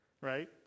Right